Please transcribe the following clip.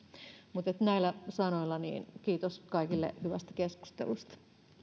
mutta näillä sanoilla kiitos kaikille hyvästä keskustelusta